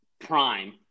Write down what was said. prime